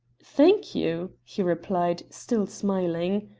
thank you, he replied, still smiling.